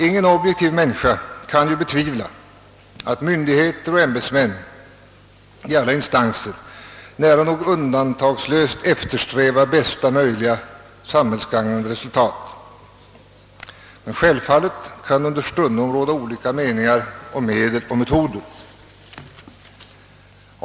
Ingen objektiv människa kan betvivla att myndigheter och ämbetsmän i alla instanser nära nog undantagslöst eftersträvar bästa möjliga samhällsgagnande resultat. Självfallet kan det understundom råda olika meningar om medel och metoder.